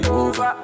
over